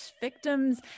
victims –